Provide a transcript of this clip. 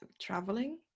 traveling